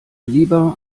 lieber